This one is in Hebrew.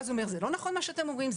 ואז הוא אומר: מה שאתם אומרים הוא לא נכון,